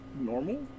normal